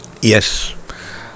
Yes